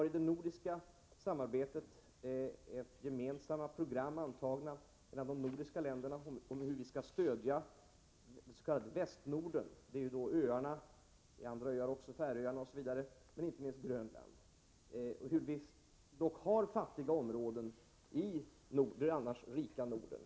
I det nordiska samarbetet finns gemensamma program antagna för de nordiska länderna om hur vi skall stödja Västnorden, bl.a. Färöarna och inte minst Grönland. Det finns fattiga områden i det annars rika Norden.